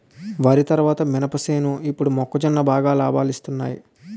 వరి తరువాత మినప సేలు ఇప్పుడు మొక్కజొన్న బాగా లాబాలొస్తున్నయ్